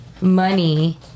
money